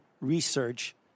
research